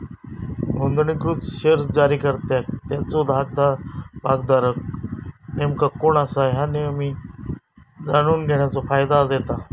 नोंदणीकृत शेअर्स जारीकर्त्याक त्याचो भागधारक नेमका कोण असा ह्या नेहमी जाणून घेण्याचो फायदा देता